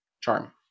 Charm